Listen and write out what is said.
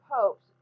popes